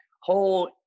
whole